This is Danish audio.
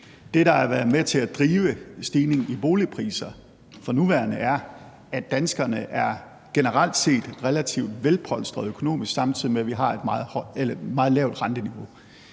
Det, der har været med til at drive stigningen i boligpriser for nuværende, er, at danskerne generelt set er relativt velpolstrede økonomisk, samtidig med at vi har et meget lavt renteniveau.